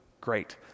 great